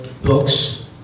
books